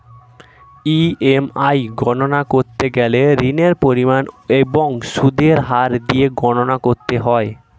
EMI গণনা করতে গেলে ঋণের পরিমাণ এবং সুদের হার দিয়ে গণনা করতে হয়